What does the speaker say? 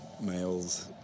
males